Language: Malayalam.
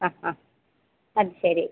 ആ ആ അത് ശരി